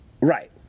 Right